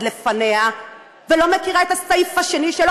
לפניה ולא מכירה את הסעיף השני שלו,